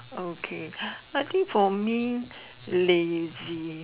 okay I think for me lazy